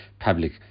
public